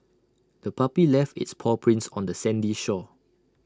the puppy left its paw prints on the sandy shore